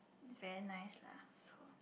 very nice lah so